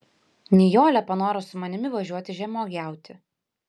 nijolė panoro su manimi važiuoti žemuogiauti